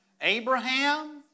Abraham